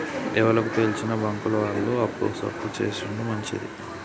ఎవలకు తెల్సిన బాంకుల ఆళ్లు అప్పు సప్పు జేసుడు మంచిది